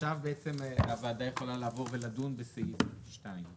עכשיו בעצם הוועדה יכולה לעבור ולדון בסעיף שתיים,